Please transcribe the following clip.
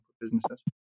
businesses